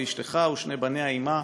ואשתך ושני בניה עמה.